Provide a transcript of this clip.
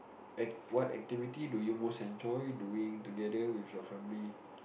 act what activity do you most enjoy doing together with your family